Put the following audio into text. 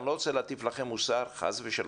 אני לא רוצה להטיף לכם מוסר חס ושלום,